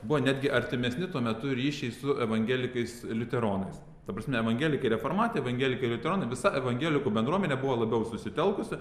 buvo netgi artimesni tuo metu ryšiai su evangelikais liuteronais ta prasme evangelikai reformatai evangelikai liuteronai visa evangelikų bendruomenė buvo labiau susitelkusi